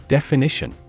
Definition